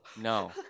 No